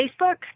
facebook